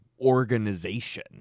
organization